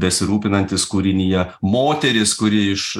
besirūpinantis kūrinija moteris kuri iš